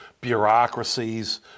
bureaucracies